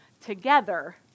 together